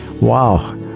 Wow